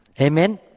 Amen